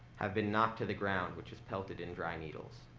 have been knocked to the ground, which is pelted in dry needles.